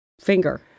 finger